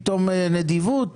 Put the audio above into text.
פתאום נדיבות.